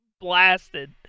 blasted